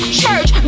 church